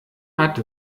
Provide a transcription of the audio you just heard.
hat